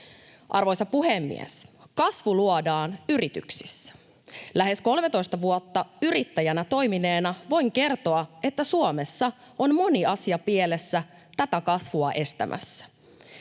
Arvoisa puhemies! Kasvu luodaan yrityksissä. Lähes 13 vuotta yrittäjänä toimineena voin kertoa, että Suomessa on moni asia pielessä tätä kasvua estämässä.